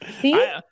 See